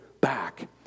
back